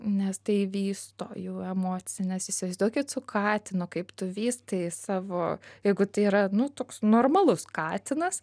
nes tai vysto jų emocines įsivaizduokit su katinu kaip tu vystai savo jeigu tai yra nu toks normalus katinas